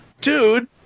dude